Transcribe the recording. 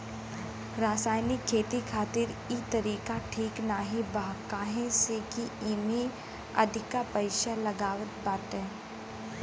व्यावसायिक खेती खातिर इ तरीका ठीक नाही बा काहे से की एमे अधिका पईसा लागत बाटे